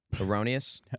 Erroneous